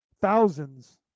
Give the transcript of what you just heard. thousands